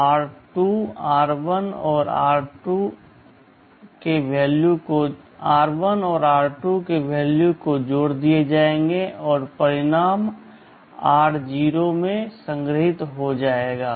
इसलिए जब मैं ADD r0 r1 लिखूंगा r2 r1 और r2 के मान जोड़ दिए जाएंगे और परिणाम r0 में संग्रहीत हो जाएगा